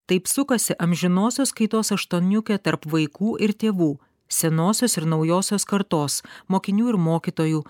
taip sukasi amžinosios kaitos aštuoniukė tarp vaikų ir tėvų senosios ir naujosios kartos mokinių ir mokytojų